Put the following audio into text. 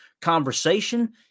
conversation